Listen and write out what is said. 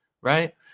right